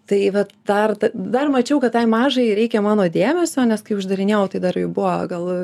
tai vat dar dar mačiau kad tai mažajai reikia mano dėmesio nes kai uždarinėjau tai dar jai buvo gal